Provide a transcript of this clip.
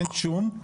אין שום.